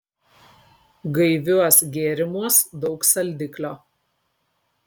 gaiviuos gėrimuos daug saldiklio